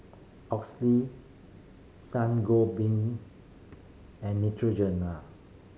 Oxy Sangobin and Netrogena